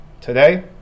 today